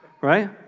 right